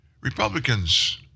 Republicans